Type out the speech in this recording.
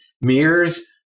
mirrors